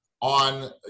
on